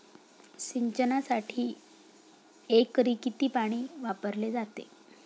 सिंचनासाठी एकरी किती पाणी वापरले जाते?